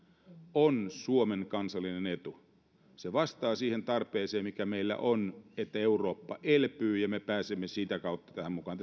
on suomen kansallinen etu se vastaa siihen tarpeeseen mikä meillä on niin että eurooppaa elpyy ja me pääsemme sitä kautta tähän mukaan